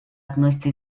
относится